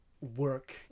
work